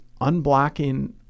unblocking